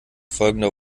folgender